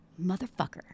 motherfucker